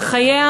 וחייה